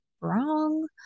wrong